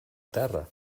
terra